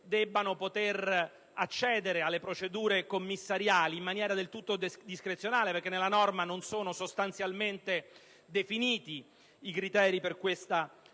debbano poter accedere alle procedure commissariali in maniera del tutto discrezionale, visto che in essa non sono sostanzialmente definiti i criteri per tale